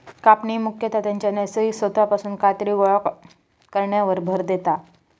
कापणी मुख्यतः त्याच्या नैसर्गिक स्त्रोतापासून कायतरी गोळा करण्यावर भर देता